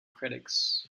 critics